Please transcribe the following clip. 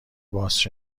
باس